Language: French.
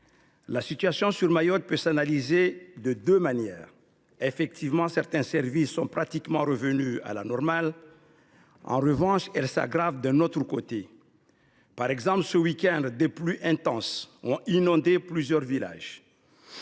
la situation à Mayotte peut s’analyser de deux manières. Si certains services sont pratiquement revenus à la normale, elle s’aggrave en revanche d’un autre côté : par exemple, ce week end, des pluies intenses ont inondé plusieurs villages